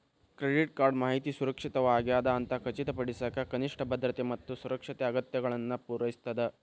credit card ಮಾಹಿತಿ ಸುರಕ್ಷಿತವಾಗ್ಯದ ಅಂತ ಖಚಿತಪಡಿಸಕ ಕನಿಷ್ಠ ಭದ್ರತೆ ಮತ್ತ ಸುರಕ್ಷತೆ ಅಗತ್ಯತೆಗಳನ್ನ ಪೂರೈಸ್ತದ